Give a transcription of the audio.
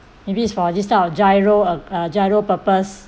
maybe it's for this type of GIRO uh GIRO purpose